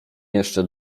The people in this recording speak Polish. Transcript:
jeszcze